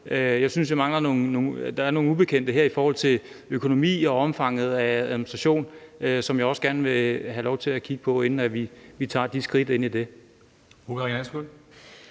Jeg synes, der er nogle ubekendte her i forhold til økonomi og omfanget af administration, som jeg også gerne vil have lov til at kigge på, inden vi tager de skridt ind i det.